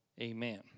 Amen